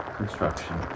Construction